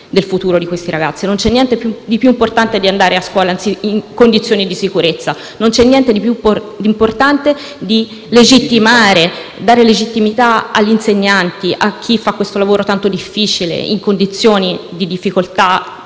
non c'è niente di più importante di andare a scuola in condizioni di sicurezza; non c'è niente di più importante di dare legittimità agli insegnanti, a chi fa questo lavoro tanto complesso, in condizioni di difficoltà